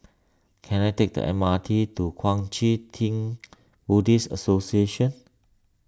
can I take the M R T to Kuang Chee Tng Buddhist Association